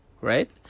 right